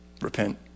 repent